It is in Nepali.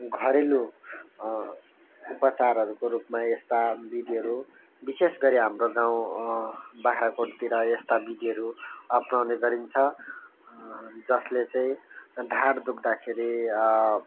घरेलु उपचारहरूको रूपमा यस्ता विधिहरू विशेष गरी हाम्रो गाउँ बाख्राकोटतिर यस्ता विधिहरू उप्नाउने गरिन्छ जसले चाहिँ ढाड दुख्दा खेरि